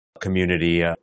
community